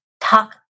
talk